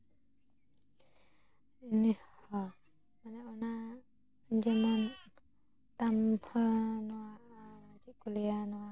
ᱩᱱᱤ ᱦᱚᱲ ᱢᱟᱱᱮ ᱚᱱᱟ ᱡᱮᱢᱚᱱ ᱛᱟᱢᱵᱷᱟ ᱪᱮᱫ ᱠᱚ ᱞᱟᱹᱭᱟ ᱱᱚᱣᱟ